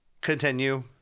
Continue